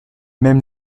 même